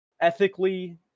ethically